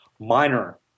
minor